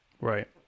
right